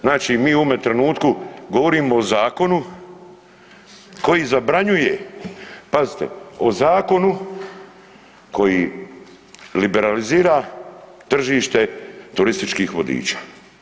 Znači mi u ovome trenutku govorimo o zakonu koji zabranjuje, o zakonu koji liberalizira tržište turističkih vodiča.